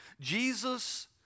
Jesus